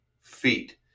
feet